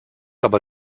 aber